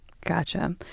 Gotcha